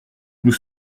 nous